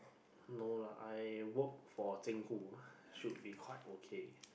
no lah I work for Zheng-Hu should be quite okay